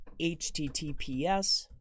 HTTPS